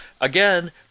Again